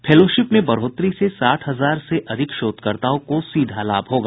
fellowship में बढ़ोतरी से साठ हजार से अधिक शोधकर्ताओं को सीधा लाभ होगा